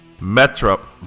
Metro